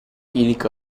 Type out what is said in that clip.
ilk